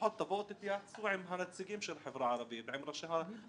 לפחות תתייעצו עם הנציגים של החברה הערבית ועם ראשי הרשויות,